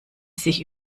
sich